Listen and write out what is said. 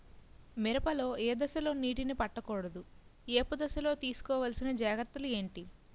మిరప లో ఏ దశలో నీటినీ పట్టకూడదు? ఏపు దశలో తీసుకోవాల్సిన జాగ్రత్తలు ఏంటి?